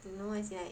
no as in like